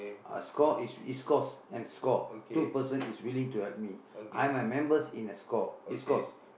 uh score is East-Coast and score two person is willing to help me I am a members in a score East-Coast